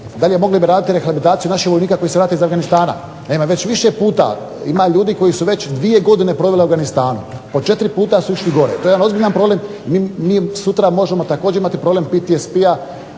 Dalje, mogli bi raditi rehabilitaciju naših vojnika koji se vrate iz Afganistana. Naime već više puta, ima ljudi koji su već dvije godine proveli u Afganistanu, po četiri puta su išli gore, to je jedan ozbiljan problem, mi sutra možemo također imati problem PTSP-a